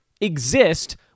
exist